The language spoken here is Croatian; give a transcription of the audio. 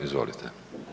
Izvolite.